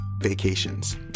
vacations